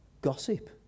gossip